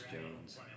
Jones